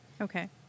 Okay